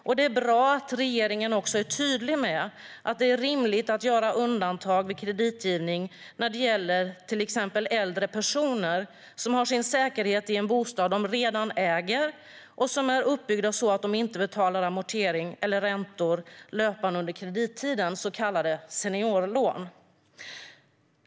Det är också bra att regeringen är tydlig med att det är rimligt att göra undantag vid kreditgivning när det gäller till exempel äldre personer som har sin säkerhet i en bostad de redan äger och inte betalar amortering eller räntor löpande under kredittiden, så kallade seniorlån.